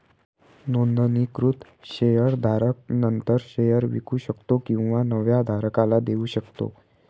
नोंदणीकृत शेअर धारक नंतर शेअर विकू शकतो किंवा नव्या धारकाला देऊ शकतो